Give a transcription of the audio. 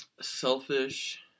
Selfish